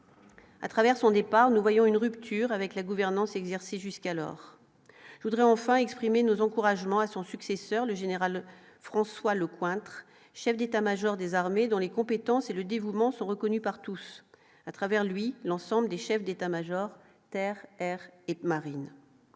à travers son départ, nous voyons une rupture avec la gouvernance exercées jusqu'alors je voudrais enfin exprimer nos encouragements à son successeur, le général François Lecointre, chef d'État-Major des armées dans les compétences et le dévouement sont reconnues par tous, à travers lui l'ensemble des chefs d'État-Major, terre, air et marine